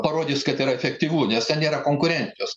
parodys kad yra efektyvu nes ten nėra konkurencijos